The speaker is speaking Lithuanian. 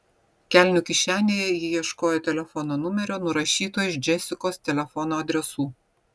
kelnių kišenėje ji ieškojo telefono numerio nurašyto iš džesikos telefono adresų